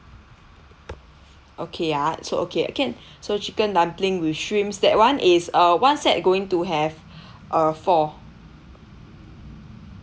okay ya so okay can so chicken dumpling with shrimps that [one] is uh one set going to have err four